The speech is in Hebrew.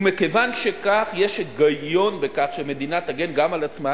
ומכיוון שכך יש היגיון בכך שמדינה תגן על עצמה